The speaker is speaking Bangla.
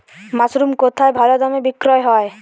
মাসরুম কেথায় ভালোদামে বিক্রয় হয়?